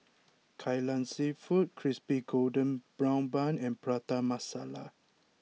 Kai Lan Seafood Crispy Golden Brown Bun and Prata Masala